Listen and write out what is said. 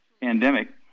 pandemic